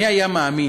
מי היה מאמין